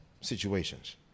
situations